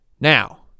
Now